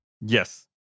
Yes